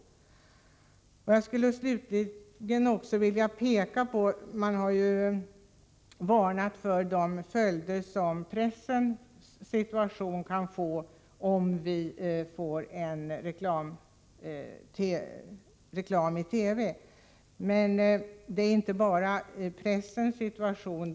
Det har varnats för de följder reklam i TV kan få för pressens situation. Jag vill påpeka att det inte bara gäller pressen.